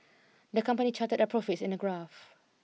the company charted their profits in a graph